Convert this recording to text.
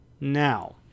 now